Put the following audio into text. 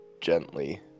gently